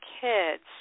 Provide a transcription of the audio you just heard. kids